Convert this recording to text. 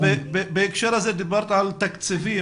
אז בהקשר הזה דיברת על תקציבים,